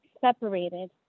separated